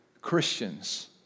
Christians